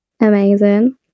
amazing